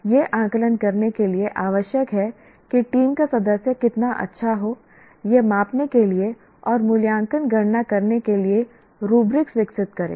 यह आकलन करने के लिए आवश्यक है कि टीम का सदस्य कितना अच्छा हो यह मापने के लिए और मूल्यांकन गणना करने के लिए रूब्रिक्स विकसित करें